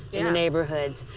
in the neighborhoods.